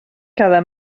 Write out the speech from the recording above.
cada